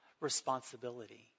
responsibility